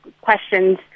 questions